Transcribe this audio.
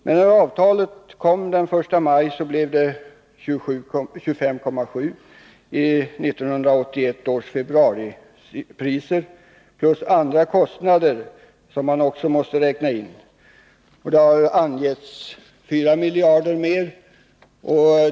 Men när avtalet kom den 1 maj blev det 25,7 miljarder i 1981 års februaripriser plus andra kostnader som man också måste räkna in — det har angetts 4 miljarder mer.